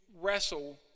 wrestle